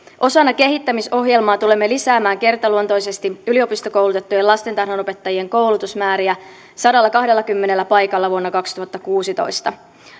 osana kehittämisohjelmaa tulemme lisäämään kertaluontoisesti yliopistokoulutettujen lastentarhanopettajien koulutusmääriä sadallakahdellakymmenellä paikalla vuonna kaksituhattakuusitoista